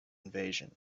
invasion